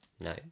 No